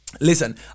listen